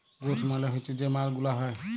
goods মালে হচ্যে যে মাল গুলা হ্যয়